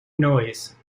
noise